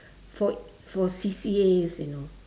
for for C_C_As you know